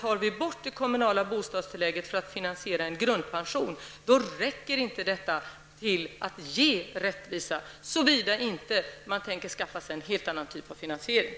Tar vi bort det kommunala bostadstillägget för att finansiera en grundpension, räcker det inte till att ge rättvisa, såvida man inte tänker skaffa sig en helt annan typ av finansiering.